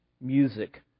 music